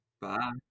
Bye